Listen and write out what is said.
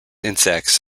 insects